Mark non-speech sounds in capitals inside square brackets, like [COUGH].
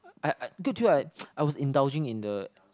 I I good till [NOISE] I I was indulging in the